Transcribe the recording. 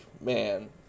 man